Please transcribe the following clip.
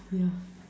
ya